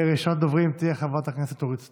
ראשונת הדוברים תהיה חברת הכנסת אורית סטרוק,